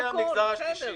נציגי המגזר השלישי.